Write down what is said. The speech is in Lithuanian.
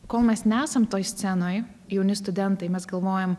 kol mes nesam toj scenoj jauni studentai mes galvojam